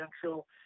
potential